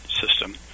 System